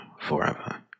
forever